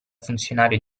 funzionario